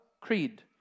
creed